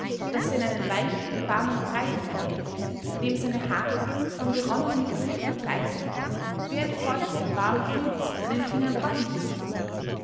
daß er in einen weichen warmen brei hineingriff in dem seine haare vom geronnenen blut verkleistert wie ein feuchter warmer filz an den fingern pappen